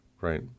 Right